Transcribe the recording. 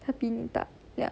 他比你大 ya